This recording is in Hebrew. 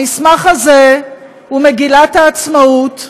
המסמך הזה הוא מגילת העצמאות,